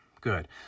Good